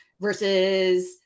versus